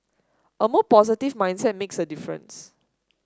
a more positive mindset makes a difference